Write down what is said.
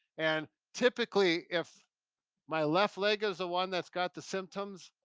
and typically if my left leg is the one that's got the symptoms,